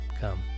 Come